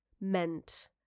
meant